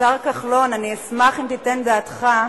השר כחלון, אני אשמח אם תיתן דעתך.